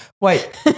Wait